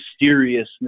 mysteriousness